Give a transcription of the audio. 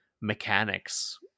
mechanics